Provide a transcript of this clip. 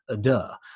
duh